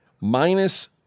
minus